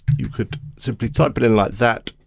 you could simply type it in like that